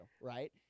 right